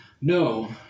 No